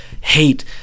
hate